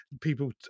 people